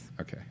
Okay